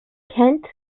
kent